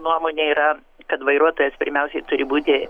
nuomonė yra kad vairuotojas pirmiausiai turi būti